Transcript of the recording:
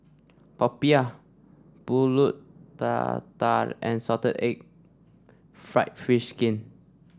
popiah pulut tatal and Salted Egg fried fish skin